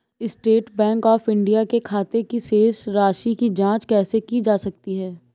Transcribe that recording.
State Bank of India के खाते की शेष राशि की जॉंच कैसे की जा सकती है?